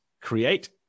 create